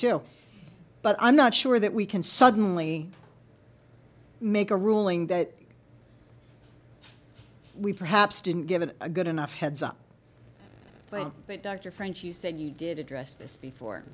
too but i'm not sure that we can suddenly make a ruling that we perhaps didn't give an a good enough heads up but dr frank you said you did address this before